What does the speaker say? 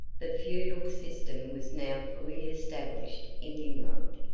the feudal system was now fully established in england,